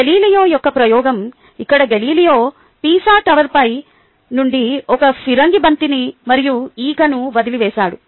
Galileo యొక్క ప్రయోగం ఇక్కడ గెలీలియో పిసా టవర్ పై నుండి ఒక ఫిరంగి బంతిని మరియు ఈకను వదిలివేసింది